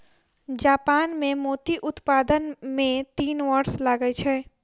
Japan मे मोती उत्पादन मे तीन वर्ष लगै छै